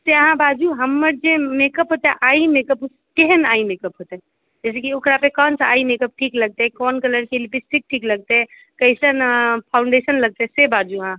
से अहाँ बाजू हमर जे मेकअप हेतै आइमेकअप ओ केहन आइमेकअप हेतै जाहिसॅं कि ओकरा पर कोनसा आइमेकअप ठीक लगतै कोन कलर के लिपस्टिक ठीक लगतै कैसन फॉउण्डेशन लगतै से बाजू अहाँ